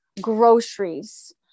groceries